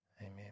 Amen